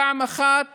פעם אחת